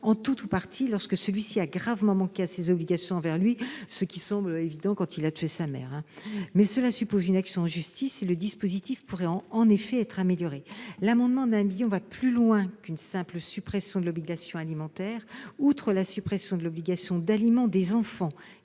en tout ou partie lorsque celui-ci a gravement manqué à ses obligations envers lui, ce qui semble évident s'il a tué sa mère. Mais cela suppose une action en justice, et le dispositif pourrait effectivement être amélioré. Cet amendement va plus loin qu'une simple suppression de l'obligation alimentaire. Outre la suppression de l'obligation d'aliment des enfants